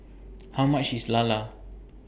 How much IS Lala